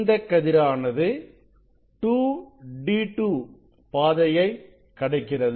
இந்த கதிரானது 2d2 பாதையை கடக்கிறது